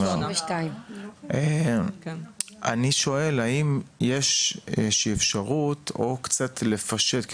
אני שואל האם יש איזושהי אפשרות, או קצת לפשט.